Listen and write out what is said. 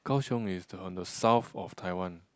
Gao-Xiong is the on the south of Taiwan